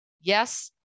yes